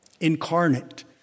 incarnate